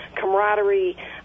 camaraderie